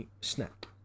Snap